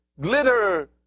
glitter